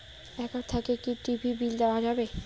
Account থাকি কি TV bill দেওয়া যাবে?